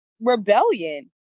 rebellion